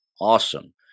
Awesome